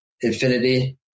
infinity